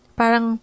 parang